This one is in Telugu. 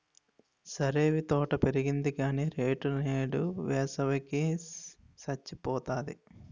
సరేవీ తోట పెరిగింది గాని రేటు నేదు, వేసవి కి సచ్చిపోతాంది